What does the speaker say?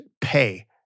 Pay